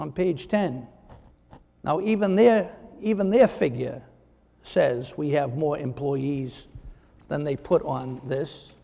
on page ten now even there even there figure says we have more employees than they put on this